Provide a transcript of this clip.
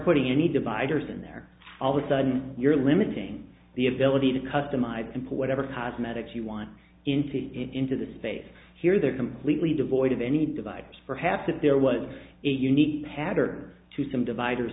putting any dividers in there all the sudden you're limiting the ability to customize simple whatever cosmetics you want into into the space here they're completely devoid of any dividers perhaps that there was a unique pattern to some divider